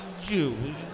Jews